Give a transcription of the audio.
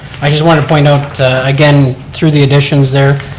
i just want to point out again, through the additions there